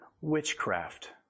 witchcraft